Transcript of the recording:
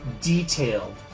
detailed